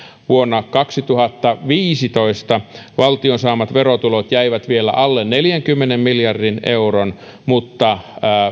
vuonna kaksituhattaviisitoista valtion saamat verotulot jäivät vielä alle neljänkymmenen miljardin euron mutta